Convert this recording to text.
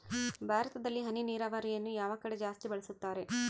ಭಾರತದಲ್ಲಿ ಹನಿ ನೇರಾವರಿಯನ್ನು ಯಾವ ಕಡೆ ಜಾಸ್ತಿ ಬಳಸುತ್ತಾರೆ?